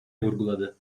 vurguladı